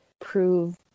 prove